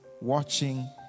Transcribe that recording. watching